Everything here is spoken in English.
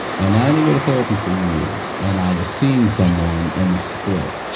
and then i didn't go to therapy for years. and i was seeing someone, and we split.